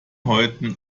häuten